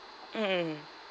mm mm mm